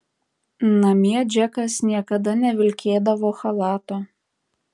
namie džekas niekada nevilkėdavo chalato